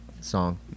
song